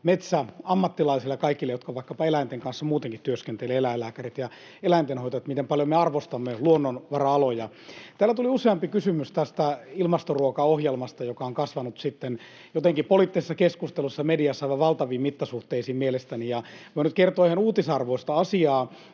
metsäammattilaisille ja kaikille, jotka vaikkapa eläinten kanssa muutenkin työskentelevät, eläinlääkäreille ja eläintenhoitajille, miten paljon me arvostamme luonnonvara-aloja. Täällä tuli useampi kysymys tästä ilmastoruokaohjelmasta, joka on kasvanut sitten jotenkin poliittisessa keskustelussa ja mediassa aivan valtaviin mittasuhteisiin mielestäni. Ja voin nyt kertoa ihan uutisarvoista asiaa,